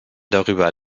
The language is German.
darüber